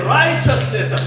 righteousness